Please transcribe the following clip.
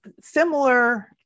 similar